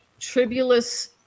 tribulus